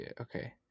okay